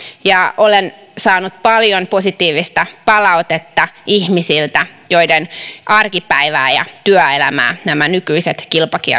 ja olen saanut paljon positiivista palautetta ihmisiltä joiden arkipäivää ja työelämää nämä nykyiset